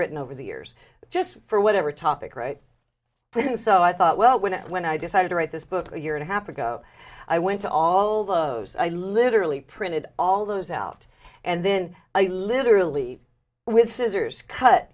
written over the years just for whatever topic right then so i thought well when i when i decided to write this book a year and a half ago i went to all those i literally printed all those out and then i literally with scissors cut